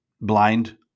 blind